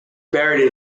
buried